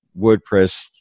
WordPress